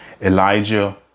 Elijah